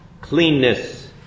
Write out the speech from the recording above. cleanness